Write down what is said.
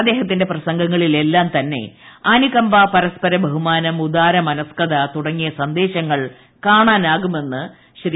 അദ്ദേഹത്തിന്റെ പ്രസംഗങ്ങളിലെല്ലാംത്ത്നെ അനുകമ്പ പരസ്പര ബഹുമാനം ഉദാരമനസ്കൃതു്ടങ്ങിയ സന്ദേശങ്ങൾ കാണാനാകുമെന്ന് ശ്രീ